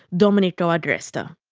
domenico agresta.